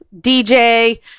DJ